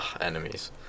Enemies